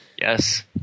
Yes